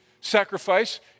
sacrifice